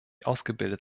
ausgebildet